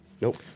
Nope